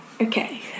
Okay